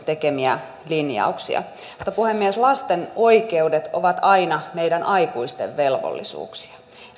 tekemiä linjauksia puhemies lasten oikeudet ovat aina meidän aikuisten velvollisuuksia ja